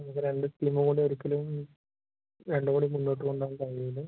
ഇത് രണ്ട് സ്കീമ് കൊണ്ട് ഒരിക്കലും രണ്ടും കൂടി മുന്നോട്ട് കൊണ്ടോവാൻ കഴിയില്ല